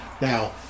Now